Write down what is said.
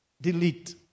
Delete